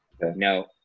No